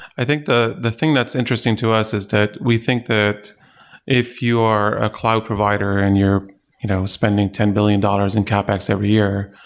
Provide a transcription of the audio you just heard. i think the the thing that's interesting to us is that we think that if you are a cloud provider and you're you know spending ten billion dollars in capex every year,